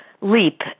leap